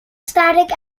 static